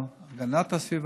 להגנת הסביבה,